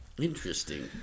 Interesting